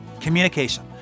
communication